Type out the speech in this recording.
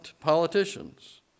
politicians